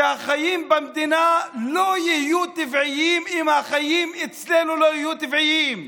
שהחיים במדינה לא יהיו טבעיים אם החיים אצלנו לא יהיו טבעיים,